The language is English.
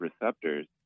receptors